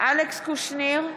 אלכס קושניר,